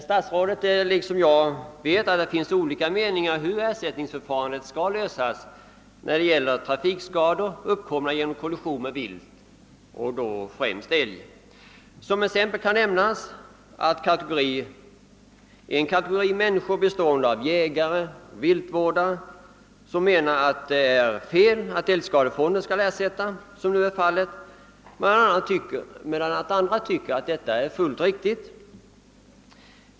Statsrådet vet liksom jag att det finns olika meningar om hur ersättningsförfarandet skall gå till när det gäller trafikskador uppkomna genom kollision med vilt och då främst älg. Som exempel kan nämnas att en kategori människor bestående av jägare och viltvårdare menar att det är fel att såsom nu sker ersättning lämnas från älgskadefonden, medan andra tycker att detta är fullt riktigt.